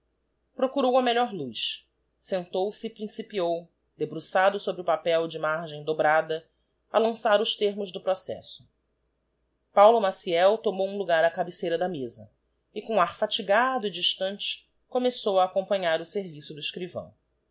procurou a melhor luz sentou-se e principiou debruçado sobre o papel de margem dobrada a lançar os termos do processo paulo maciel tomou um logar á cabeceira da mesa e com ar fatigado e distante começou a acompanhar o serviço do escrivão